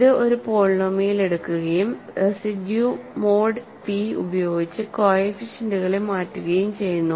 ഇത് ഒരു പോളിനോമിയൽ എടുക്കുകയും റെസിഡ്യൂ മോഡ് പി ഉപയോഗിച്ച് കോഎഫിഷ്യന്റുകളെ മാറ്റുകയും ചെയ്യുന്നു